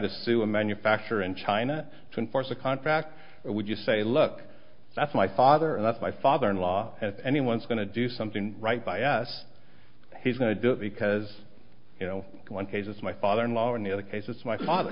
to sue a manufacturer in china to enforce a contract or would you say look that's my father and that's my father in law at any one's going to do something right by us he's going to do it because you know one case it's my father in law in the other case it's my father